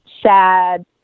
sad